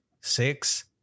six